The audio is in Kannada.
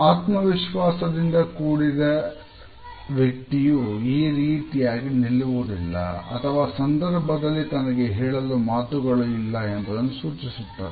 ಆತ್ಮವಿಶ್ವಾಸದಿಂದ ಕೂಡಿದೆ ವ್ಯಕ್ತಿಯು ಈ ರೀತಿಯಾಗಿ ನಿಲ್ಲುವುದಿಲ್ಲ ಅಥವಾ ಸಂದರ್ಭದಲ್ಲಿ ತನಗೆ ಹೇಳಲು ಮಾತುಗಳು ಇಲ್ಲ ಎಂಬುದನ್ನು ಸೂಚಿಸುತ್ತದೆ